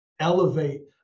elevate